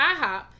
IHOP